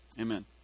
Amen